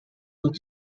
could